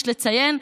יש לציין,